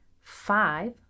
Five